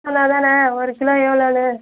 சொன்னால்தான ஒரு கிலோ எவ்வளோனு